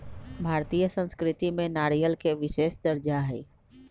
भारतीय संस्कृति में नारियल के विशेष दर्जा हई